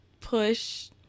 push